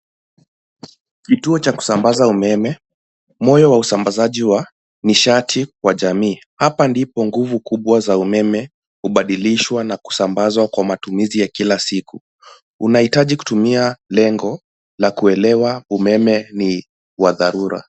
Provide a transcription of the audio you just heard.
Kituo cha kusambaza umeme, moyo wa usambazaji wa nishati kwa jamii. Hapa ndipo nguvu za umeme hubadilishwa na kusambazwa kwa matumizi ya kila siku. Unahitaji kutumia lengo la kuelewa umeme ni wa dharura.